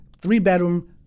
three-bedroom